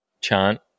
chant